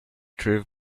threw